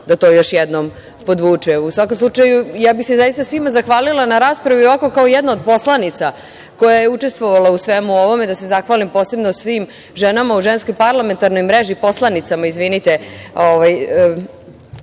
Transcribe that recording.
da to još jednom podvuče.U svakom slučaju ja bih se zaista svima zahvalila na raspravi, ovako kao jedna od poslanica koja je učestvovala u svemu ovome, da se zahvalim posebno svim ženama u Ženskoj parlamentarnoj mreži, poslanicama izvinite,